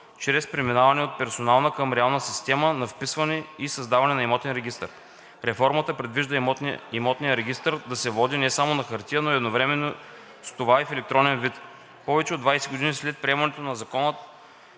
чрез преминаване от персонална към реална система на вписване и създаване на имотен регистър. Реформата предвижда имотният регистър да се води не само на хартия, но едновременно с това и в електронен вид. Повече от 20 години след приемането на Закона